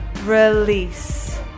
release